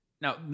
Now